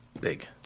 big